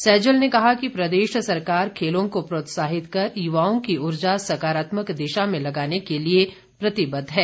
सैजल ने कहा कि प्रदेश सरकार खेलों को प्रोत्साहित कर युवाओं की ऊर्जा सकारात्मक दिशा में लगाने के लिए प्रतिबद्ध है